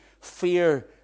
fear